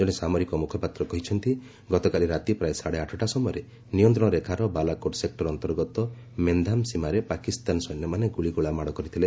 ଜଣେ ସାମରିକ ମୁଖପାତ୍ର କହିଛନ୍ତି ଯେ ଗତକାଲି ରାତି ପ୍ରାୟ ସାଢ଼େ ଆଠଟା ସମୟରେ ନିୟନ୍ତ୍ରଣ ରେଖାର ବାଲାକୋଟ୍ ସେକୁର ଅନ୍ତର୍ଗତ ମେନ୍ଧାମ୍ ସୀମାରେ ପାକିସ୍ତାନ ସୈନ୍ୟମାନେ ଗୁଳିଗୋଳା ମାଡ଼ କରିଥିଲେ